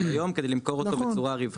היום כדי למכור אותו בצורה רווחית.